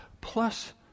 plus